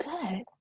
good